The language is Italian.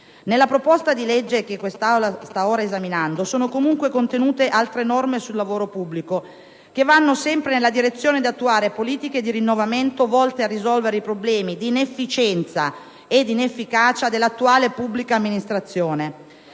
Nella proposta di legge che quest'Aula sta ora esaminando sono comunque contenute altre norme sul lavoro pubblico, le quali vanno sempre nella direzione di attuare politiche di rinnovamento volte a risolvere i problemi di inefficienza e di inefficacia dell'attuale pubblica amministrazione.